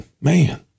Man